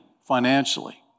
financially